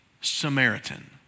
Samaritan